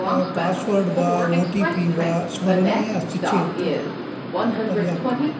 password वा O T P वा स्मरणे अस्ति चेत् तत् परियाप्तं भवति